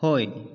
ᱦᱳᱭ